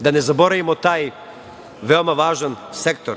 da ne zaboravimo taj veoma važan sektor.